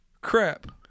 crap